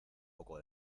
poco